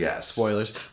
spoilers